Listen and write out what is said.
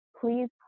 please